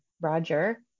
Roger